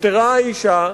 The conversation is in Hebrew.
נפטרה האשה,